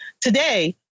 Today